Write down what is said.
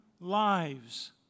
lives